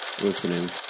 listening